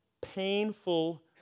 painful